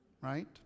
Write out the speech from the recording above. Right